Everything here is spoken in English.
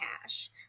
cash